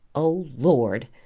oh, lord!